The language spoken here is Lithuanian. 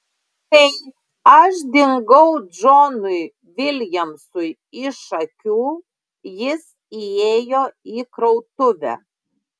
kai aš dingau džonui viljamsui iš akių jis įėjo į krautuvę